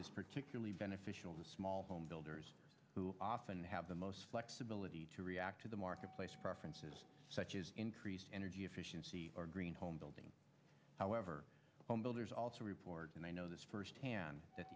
is particularly beneficial to small home builders who often have the most flexibility to react to the marketplace preferences such as increased energy efficiency or green home building however home builders also report and i know this firsthand